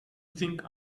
think